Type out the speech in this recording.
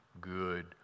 good